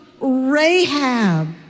Rahab